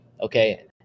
Okay